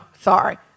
sorry